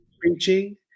preaching